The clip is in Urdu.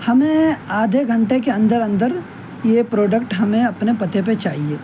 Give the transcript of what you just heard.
ہمیں آدھے گھنٹے کے اندر اندر یہ پروڈکٹ ہمیں اپنے پتے پہ چاہیے